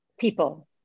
People